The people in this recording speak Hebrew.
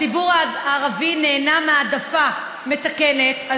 הציבור הערבי נהנה מהעדפה מתקנת על